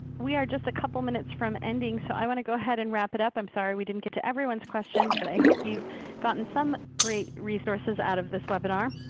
we are just a couple minutes from ending so i want to go ahead and wrap it up. i'm sorry we didn't get to everyone's questions, but i hope you've gotten some great resources out of this webinar.